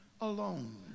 alone